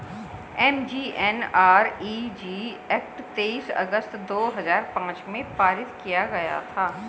MGNREG act तेईस अगस्त दो हजार पांच में पारित किया गया था